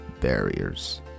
barriers